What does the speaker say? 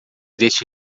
deste